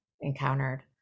encountered